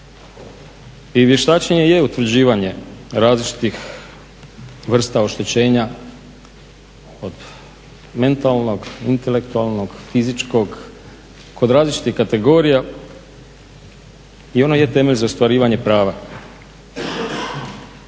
I vještačenje je utvrđivanje različitih vrsta oštećenja od mentalnog, intelektualnog, fizičkog kod različitih kategorija i ono je temelj za ostvarivanje prava